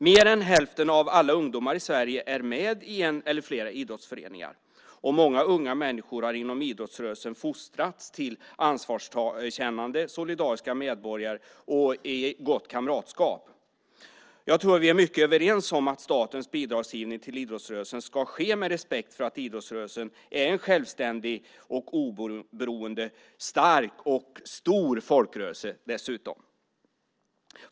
Mer än hälften av alla ungdomar i Sverige är med i en eller flera idrottsföreningar. Många unga människor har inom idrottsrörelsen fostrats till ansvarskännande, solidariska medborgare och till gott kamratskap. Jag tror att vi i mycket är överens om att statens bidragsgivning till idrottsrörelsen ska ske med respekt för att idrottsrörelsen är en självständig, oberoende, stark och stor folkrörelse.